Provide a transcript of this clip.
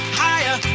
higher